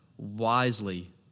wisely